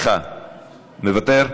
מוותר,